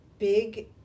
Big